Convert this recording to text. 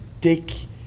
take